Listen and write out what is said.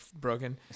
broken